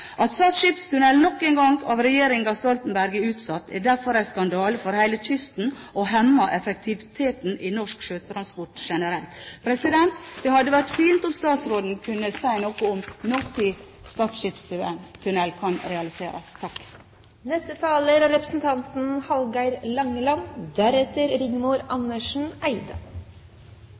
At Stad skipstunnel nok en gang av regjeringen Stoltenberg er utsatt, er derfor en skandale for hele kysten og hemmer effektiviteten i norsk sjøtransport generelt. Det hadde vært fint om statsråden kunne si noe om når Stad skipstunnel kan realiseres. Når det gjeld det siste innlegget knytt opp mot Stad skipstunnel, er